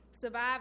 survive